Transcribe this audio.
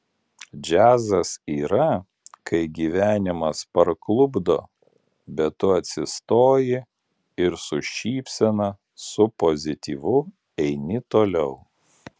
džiazas yra kai gyvenimas parklupdo bet tu atsistoji ir su šypsena su pozityvu eini toliau